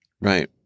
Right